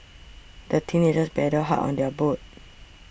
the teenagers paddled hard on their boat